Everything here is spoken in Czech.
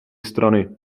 strany